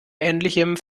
ähnlichem